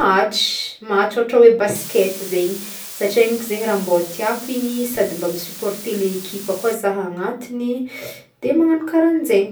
match, match ohatra hoe baskety zegny satria igny mônko zegny raha mba tiàko sady mbô misupporter le ekipa koa za agnatiny de magnano karahanjegny.